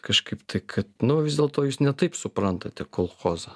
kažkaip tai kad nu vis dėlto jūs ne taip suprantate kolchozą